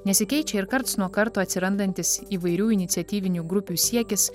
nesikeičia ir karts nuo karto atsirandantis įvairių iniciatyvinių grupių siekis